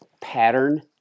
pattern